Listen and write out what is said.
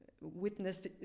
witnessed